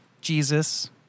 Jesus